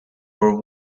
were